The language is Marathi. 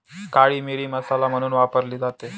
काळी मिरी मसाला म्हणून वापरली जाते